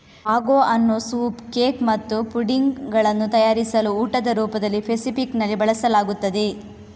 sago ಅನ್ನು soup cake ಮತ್ತು pudding ಗಳನ್ನು ತಯಾರಿಸಲು ಊಟದ ರೂಪದಲ್ಲಿ ಫೆಸಿಫಿಕ್ ನಲ್ಲಿ ಬಳಸಲಾಗುತ್ತದೆ